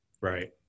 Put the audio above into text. Right